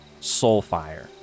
Soulfire